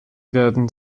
werden